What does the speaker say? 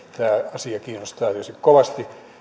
asia kiinnostaa tietysti kovasti